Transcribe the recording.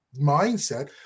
mindset